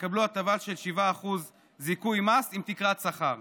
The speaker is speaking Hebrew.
יקבלו הטבה של 7% זיכוי מס עם תקרת שכר.